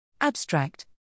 Abstract